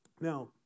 Now